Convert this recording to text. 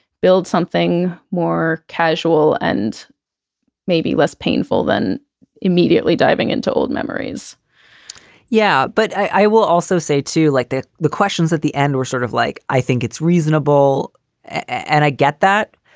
build something more casual and maybe less painful than immediately into old memories yeah, but i will also say to like the the questions at the end were sort of like i think it's reasonable and i get that.